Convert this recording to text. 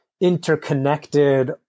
interconnected